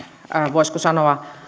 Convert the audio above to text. voisiko sanoa